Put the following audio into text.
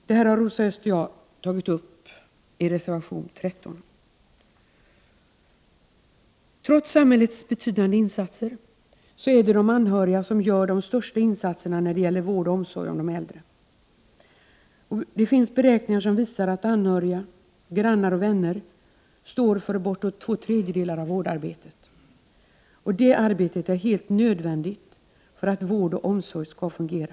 Detta har Rosa Östh och jag tagit upp i reservation 13. Trots samhällets betydande insatser är det de anhöriga som gör de största insatserna när det gäller vård och omsorg om de äldre. Det finns beräkningar som visar att anhöriga, grannar och vänner står för bortåt två tredjedelar av vårdarbetet. Det arbetet är helt nödvändigt för att vård och omsorg skall fungera.